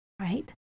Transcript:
right